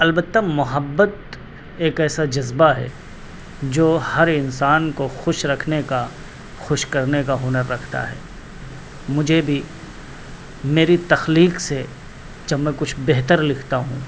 البتہ محبت ایک ایسا جذبہ ہے جو ہر انسان کو خوش رکھنے کا خوش کرنے کا ہنر رکھتا ہے مجھے بھی میری تخلیق سے جب میں کچھ بہتر لکھتا ہوں